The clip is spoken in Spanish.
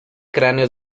cráneo